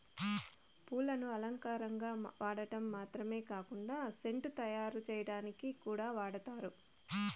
పూలను అలంకారంగా వాడటం మాత్రమే కాకుండా సెంటు తయారు చేయటానికి కూడా వాడతారు